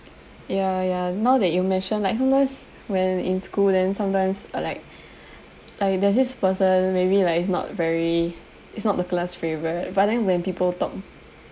ya ya now that you mention like sometimes when in school then sometimes uh like like there's this person maybe like it's not very it's not the class favourite but then when people talk